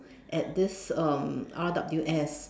at this um R_W_S